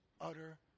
utter